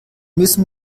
müssen